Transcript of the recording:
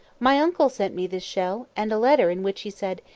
my uncle sent me this shell, and a letter in which he said,